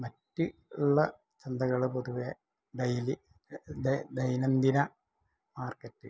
മറ്റ് ഉള്ള ചന്തകള് പൊതുവേ ഡേയ്ലിലി ഡേ ദൈനംദിന മാർക്കറ്റ്